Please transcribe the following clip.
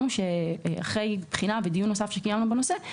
אחרי בחינה ודיון נוסף שקיימנו בנושא,